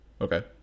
Okay